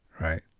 right